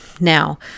Now